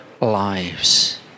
lives